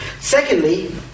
Secondly